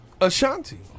Ashanti